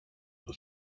του